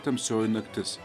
tamsioji naktis